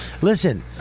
Listen